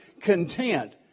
content